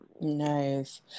Nice